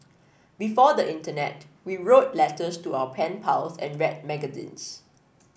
before the internet we wrote letters to our pen pals and read magazines